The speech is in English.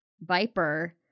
Viper